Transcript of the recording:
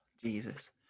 Jesus